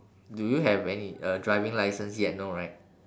do you have any uh driving license yet no right